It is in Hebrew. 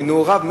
מנעוריו,